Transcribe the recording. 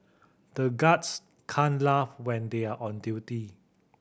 the guards can't laugh when they are on duty